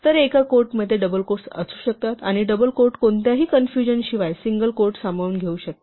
तर एका क्वोटमध्ये डबल क्वोट्स असू शकतात आणि डबल क्वोट कोणत्याही कन्फयुजन शिवाय सिंगल क्वोट सामावून घेऊ शकते